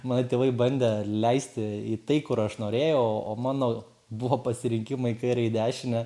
mane tėvai bandė leisti į tai kur aš norėjau o mano buvo pasirinkimai į kairę į dešinę